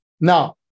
Now